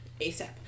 ASAP